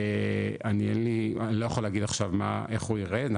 אני לא יכול להגיד עכשיו איך הוא יראה,